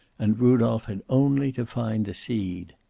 and rudolph had only to find the seed.